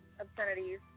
obscenities